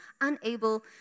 unable